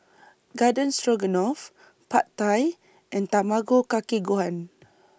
Garden Stroganoff Pad Thai and Tamago Kake Gohan